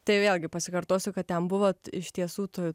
tai vėlgi pasikartosiu kad ten buvot iš tiesų tu